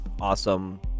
awesome